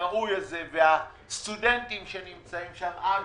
ראוי הזה, והסטודנטים שנמצאים שם אגב,